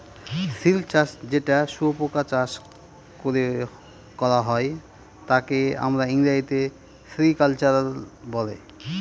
silk চাষ যেটা শুয়োপোকা চাষ করে করা হয় তাকে আমরা ইংরেজিতে সেরিকালচার বলে